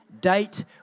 Date